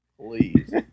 Please